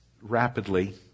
rapidly